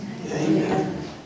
Amen